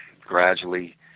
gradually